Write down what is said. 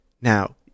Now